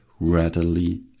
readily